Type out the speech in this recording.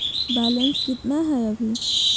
Balance केतना हय अभी?